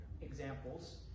examples